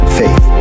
faith